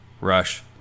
Rush